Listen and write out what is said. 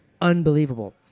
unbelievable